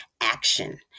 action